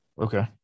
Okay